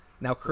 Now